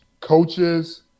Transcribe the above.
coaches –